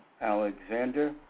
Alexander